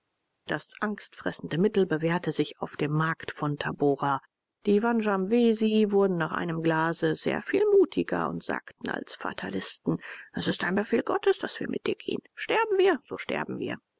das angstfressende mittel bewährte sich auf dem markt von tabora die wanjamwesi wurden nach einem glase sehr viel mutiger und sagten als fatalisten es ist ein befehl gottes daß wir mit dir gehen sterben wir so sterben wir